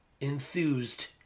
enthused